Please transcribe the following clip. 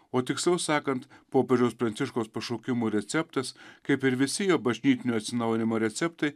o tiksliau sakant popiežiaus pranciškaus pašaukimų receptas kaip ir visi jo bažnytinio atsinaujinimo receptai